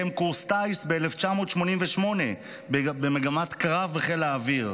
קורס טיס ב-1988 במגמת קרב בחיל האוויר.